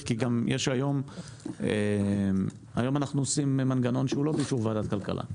כי היום אנחנו עושים מנגנון שהוא לא באישור ועדת כלכלה,